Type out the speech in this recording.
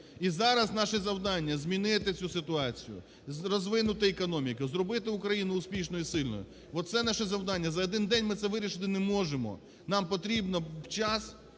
І зараз наше завдання - змінити цю ситуацію, розвинути економіку, зробити Україну успішною і сильною. Оце наше завдання. За один день ми це вирішити не можемо, нам потрібно час